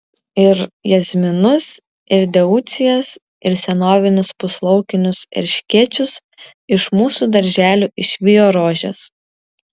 ir jazminus ir deucijas ir senovinius puslaukinius erškėčius iš mūsų darželių išvijo rožės